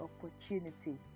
opportunity